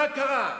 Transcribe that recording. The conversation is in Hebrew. מה קרה?